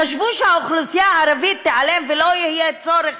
חשבו שהאוכלוסייה הערבית תיעלם ולא יהיה צורך